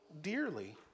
dearly